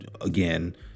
again